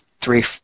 three